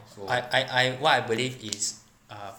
I I I what I believe is uh